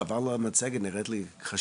פשוט חבל על המצגת היא נראית לי חשובה.